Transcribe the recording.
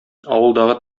авылдагы